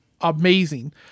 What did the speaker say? amazing